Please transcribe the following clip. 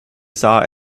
saw